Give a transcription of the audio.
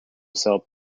sell